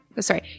Sorry